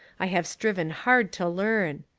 i have striven hard to learn.